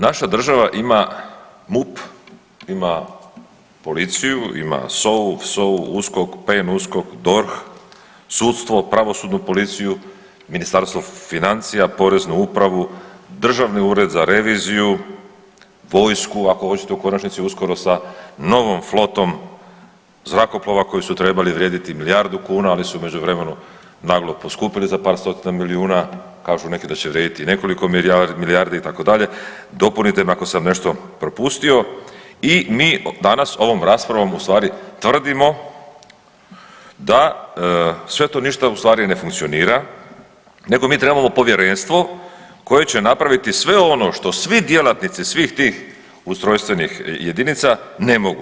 Naša država ima MUP, ima policiju, SOA-u, VSOA-u, USKOK, PN-USKOK, DORH, sudstvo, pravosudnu policiju, Ministarstvo financija, Poreznu upravu, Državni ured za reviziju, vojsku, ako hoćete u konačnici uskoro sa novom flotom zrakoplova koji su trebali vrijediti milijardu kuna, ali su u međuvremenu naglo poskupili za par stotina milijuna, kažu neki da će vrijediti i nekoliko milijardi, i tako dalje, dopunite me ako sam nešto propustio, i mi danas ovom raspravom u stvari tvrdimo, da sve to ništa u stvari ne funkcionira, nego mi trebamo povjerenstvo koje će napraviti sve ono što svi djelatnici svih tih ustrojstvenih jedinica ne mogu.